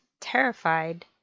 terrified